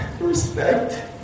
Respect